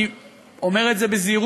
אני אומר את זה בזהירות,